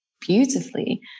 beautifully